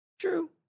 true